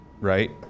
right